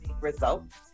results